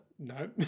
No